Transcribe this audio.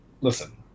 listen